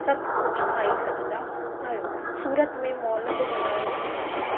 सभु कुझु खाई सघंदा आहियो सूरत में मॉल बि घणा ई आहिनि